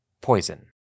Poison